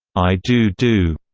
i do do,